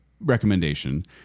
recommendation